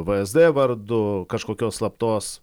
vsd vardu kažkokios slaptos